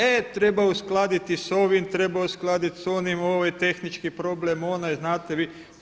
E, treba uskladiti s ovim, treba uskladiti s onim, ovo je tehnički problem, onaj, znate vi.